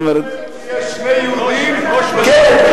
איתן,